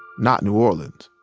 not new orleans.